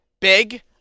Big